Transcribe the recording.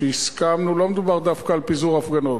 לא מדובר דווקא על פיזור הפגנות.